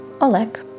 Oleg